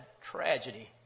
tragedy